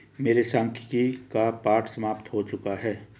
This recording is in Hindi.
मेरे सांख्यिकी का पाठ समाप्त हो चुका है